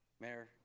Mayor